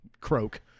croak